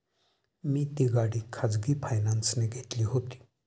मी ती गाडी खाजगी फायनान्सने घेतली होती